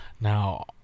now